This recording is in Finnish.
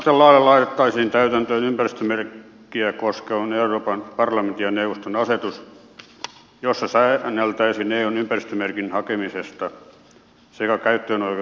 samaten lailla laitettaisiin täytäntöön ympäristömerkkiä koskeva euroopan parlamentin ja neuvoston asetus jossa säänneltäisiin eu ympäristömerkin hakemisesta sekä käyttöoikeudesta perittävistä maksuista